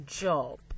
job